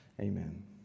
Amen